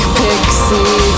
pixie